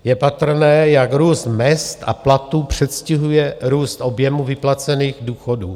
Je patrné, jak růst mezd a platů předstihuje růst objemu vyplacených důchodů.